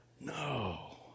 No